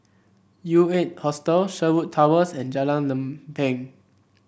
U Eight Hostel Sherwood Towers and Jalan Lempeng